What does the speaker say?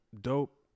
dope